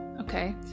Okay